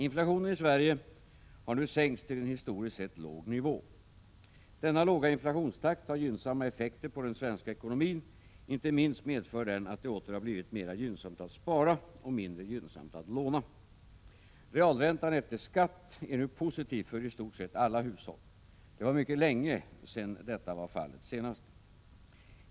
Inflationen i Sverige har nu sänkts till en historiskt sett låg nivå. Denna låga inflationstakt har gynnsamma effekter på den svenska ekonomin, inte minst medför den att det åter har blivit mera gynnsamt att spara och mindre gynnsamt att låna. Realräntan efter skatt är nu positiv för i stort sett alla hushåll. Det var mycket länge sedan detta var fallet senast.